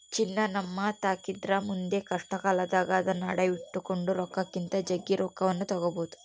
ಚಿನ್ನ ನಮ್ಮತಾಕಿದ್ರ ಮುಂದೆ ಕಷ್ಟಕಾಲದಾಗ ಅದ್ನ ಅಡಿಟ್ಟು ಕೊಂಡ ರೊಕ್ಕಕ್ಕಿಂತ ಜಗ್ಗಿ ರೊಕ್ಕವನ್ನು ತಗಬೊದು